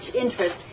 interest